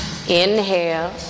inhale